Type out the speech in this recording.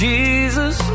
Jesus